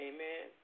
Amen